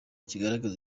kigaragaza